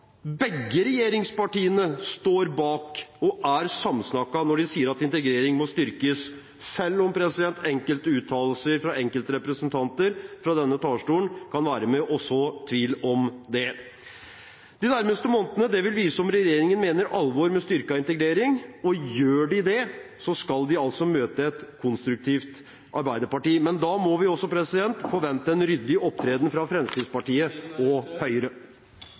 må styrkes, selv om enkelte uttalelser fra enkeltrepresentanter fra denne talerstolen kan være med og så tvil om det. De nærmeste månedene vil vise om regjeringen mener alvor med styrket integrering. Gjør de det, skal de møte et konstruktivt arbeiderparti. Men da må vi også forvente en ryddig opptreden fra Fremskrittspartiet og Høyre.